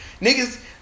Niggas